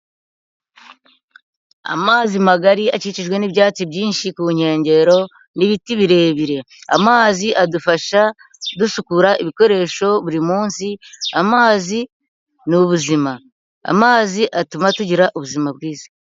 Amazi magari akikijwe n'ibyatsi byinshi ku nkengero n'ibiti birebire. Amazi adufasha dusukura ibikoresho buri munsi, amazi ni ubuzima. Amazi atuma tugira ubuzima bwiza.